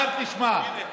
אומר: תשמע,